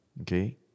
Okay